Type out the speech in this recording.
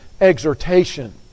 exhortation